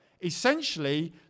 Essentially